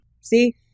See